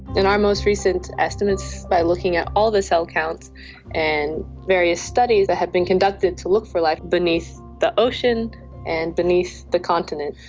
in our most recent estimates by looking at all the cell counts and various studies that have been conducted to look for life beneath the ocean and beneath the continent,